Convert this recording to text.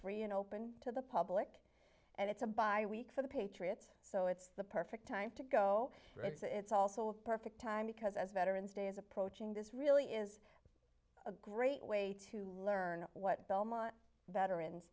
free and open to the public and it's a bye week for the patriots so it's the perfect time to go it's also a perfect time because as veterans day is approaching this really is a great way to learn what belmont veterans